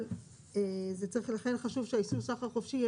אבל זה צריך לכן חשוב שהאישור סחר חופשי,